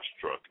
truck